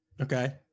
Okay